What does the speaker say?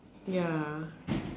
ya